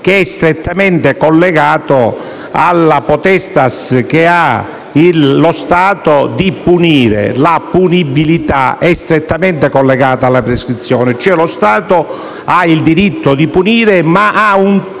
strettamente collegato alla *potestas* che ha lo Stato di punire e la punibilità è strettamente collegata alla prescrizione. Lo Stato ha cioè il diritto di punire, ma ha un tempo